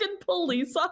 police